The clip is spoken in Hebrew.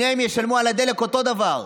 שניהם ישלמו על הדלק אותו דבר.